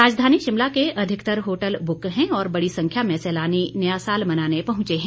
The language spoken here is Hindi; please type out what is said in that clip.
राजधानी शिमला के अधिकतर होटल बुक हैं और बड़ी संख्या में सैलानी नया साल मनाने पहुंचे हैं